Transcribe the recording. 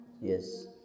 Yes